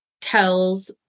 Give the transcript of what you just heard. tells